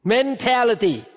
Mentality